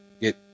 get